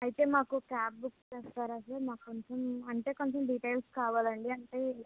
అయితే మాకు cab book చేస్తారా సార్ మాకు కొంచెం అంటే కొంచెం డిటైల్స్ కావాలండి అంటే